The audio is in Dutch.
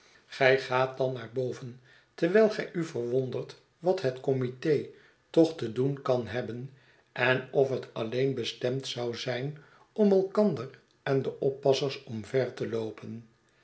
gij gaat dan naar boven terwijl gij u verwondert wat het committe toch te doen kan hebben en of het alleen bestemd zou zijn om elkander en de oppassers omver te loopen